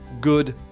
good